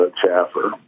chaffer